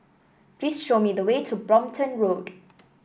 please show me the way to Brompton Road